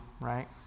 right